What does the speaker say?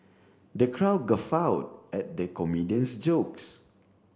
the crowd guffawed at the comedian's jokes